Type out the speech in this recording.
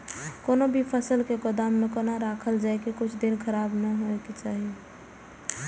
कोनो भी फसल के गोदाम में कोना राखल जाय की कुछ दिन खराब ने होय के चाही?